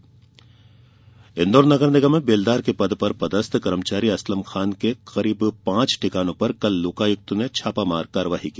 लोकायुक्त छापा इंदौर नगर निगम में बेलदार के पद पर पदस्थ कर्मचारी असलम खान के करीब पांच ठिकानों पर कल लोकायुक्त ने छापेमार कार्यवाही की